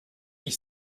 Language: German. ich